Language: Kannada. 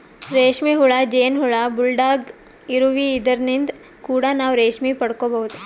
ರೇಶ್ಮಿ ಹುಳ, ಜೇನ್ ಹುಳ, ಬುಲ್ಡಾಗ್ ಇರುವಿ ಇವದ್ರಿನ್ದ್ ಕೂಡ ನಾವ್ ರೇಶ್ಮಿ ಪಡ್ಕೊಬಹುದ್